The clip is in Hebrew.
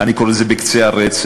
אני קורא לזה "קצה הרצף",